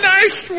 Nice